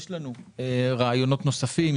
יש לנו רעיונות נוספים,